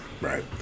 right